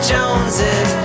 Joneses